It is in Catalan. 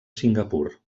singapur